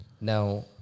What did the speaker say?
now